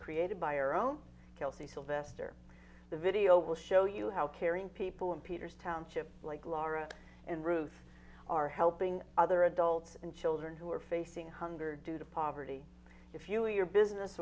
created by our own kelsey sylvester the video will show you how caring people in peter's township like laura and ruth are helping other adults and children who are facing hunger due to poverty if you your business